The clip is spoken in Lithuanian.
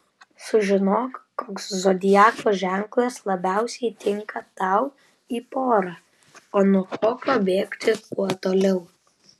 sužinok koks zodiako ženklas labiausiai tinka tau į porą o nuo kokio bėgti kuo toliau